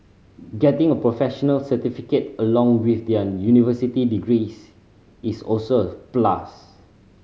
getting a professional certificate along with their university degrees is also a plus